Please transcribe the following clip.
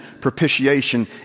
propitiation